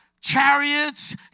chariots